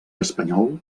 espanyol